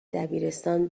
دبیرستان